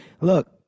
look